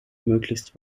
möglichst